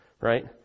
right